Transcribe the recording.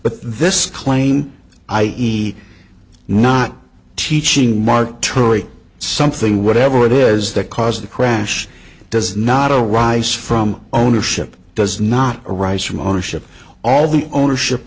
but this claim i e not teaching mark troy something whatever it is that caused the crash does not arise from ownership does not arise from ownership all the ownership